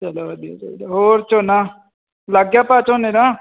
ਚਲੋ ਵਧੀਆ ਚਾਹੀਦਾ ਹੋਰ ਝੋਨਾ ਲੱਗ ਗਿਆ ਭਾਅ ਝੋਨੇ ਦਾ